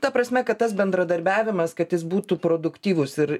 ta prasme kad tas bendradarbiavimas kad jis būtų produktyvus ir